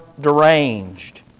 deranged